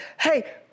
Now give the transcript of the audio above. hey